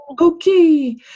okay